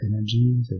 energy